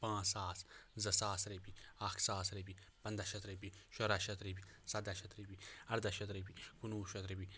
پانٛژھ ساس زٕ ساس رۄپیہِ اَکھ ساس رۄپیہِ پَنٛدہ شٮ۪تھ رۄپیہِ شُراہ شٮ۪تھ رۄپیہِ سَدہ شٮ۪تھ رۄپیہِ اَردہ شٮ۪تھ رۄپیہِ کُنوُہ شٮ۪تھ رۄپیہِ